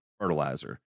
fertilizer